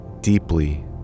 deeply